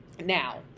Now